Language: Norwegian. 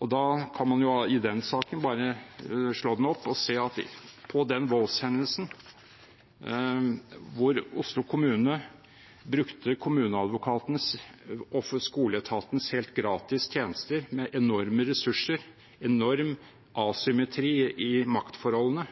Man kan slå opp saken og se at på den voldshendelsen, der Oslo kommune brukte kommuneadvokatens og skoleetatens tjenester helt gratis, med enorme ressurser og med en enorm asymmetri i maktforholdene,